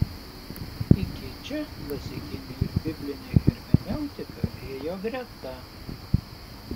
iki čia klasikinė ir biblinė hermeneutika ėjo greta